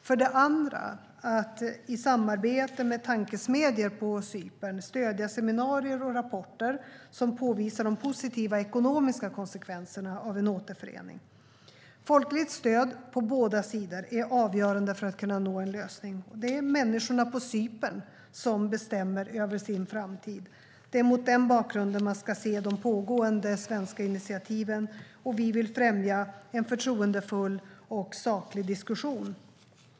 För det andra gör vi det genom att i samarbete med tankesmedjor på Cypern stödja seminarier och rapporter som påvisar de positiva ekonomiska konsekvenserna av en återförening. Folkligt stöd, på båda sidor, är avgörande för att kunna nå en lösning. Det är människorna på Cypern som bestämmer över sin framtid. Det är mot denna bakgrund man ska se de pågående svenska initiativen. Vi vill främja en förtroendefull och saklig diskussion.